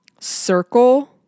circle